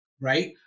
right